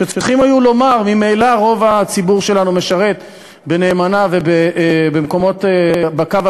שצריכים היו לומר: ממילא רוב הציבור שלנו משרת נאמנה ובקו הראשון,